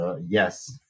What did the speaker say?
yes